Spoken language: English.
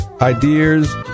ideas